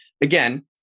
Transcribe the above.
again